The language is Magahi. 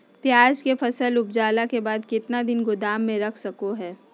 प्याज के फसल उपजला के बाद कितना दिन गोदाम में रख सको हय?